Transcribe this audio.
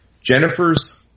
Jennifer's